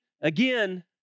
again